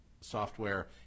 software